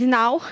now